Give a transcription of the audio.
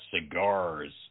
cigars